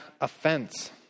offense